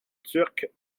turcs